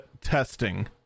testing